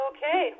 Okay